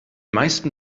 meisten